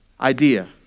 idea